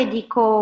dico